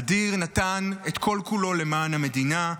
אדיר נתן את כל-כולו למען המדינה,